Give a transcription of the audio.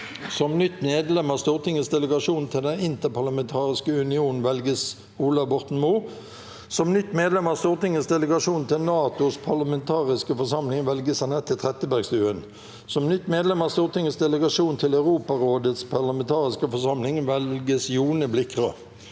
Som nytt medlem av Stortingets delegasjon til Den interparlamentariske union (IPU) velges: Ola Borten Moe. Som nytt medlem av Stortingets delegasjon til NATOs parlamentariske forsamling velges: Anette Trettebergstuen. Som nytt medlem av Stortingets delegasjon til Europarådets parlamentariske forsamling velges: Jone Blikra.